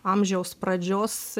amžiaus pradžios